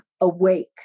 awake